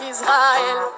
Israel